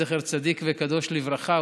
זכר צדיק וקדוש לברכה,